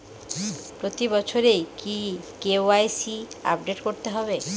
প্রতি বছরই কি কে.ওয়াই.সি আপডেট করতে হবে?